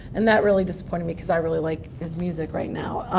and that really disappointed me because i really like his music right now.